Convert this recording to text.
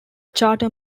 charter